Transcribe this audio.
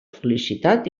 felicitat